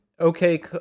okay